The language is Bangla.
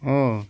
ও